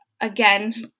again